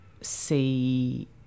see